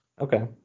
okay